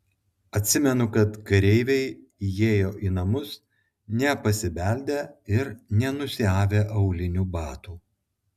atsimenu kad kareiviai įėjo į namus nepasibeldę ir nenusiavę aulinių batų